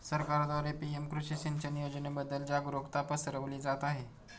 सरकारद्वारे पी.एम कृषी सिंचन योजनेबद्दल जागरुकता पसरवली जात आहे